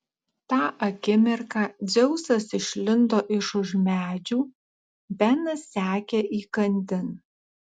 tą akimirką dzeusas išlindo iš už medžių benas sekė įkandin